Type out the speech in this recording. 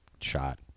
shot